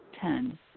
Ten